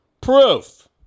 proof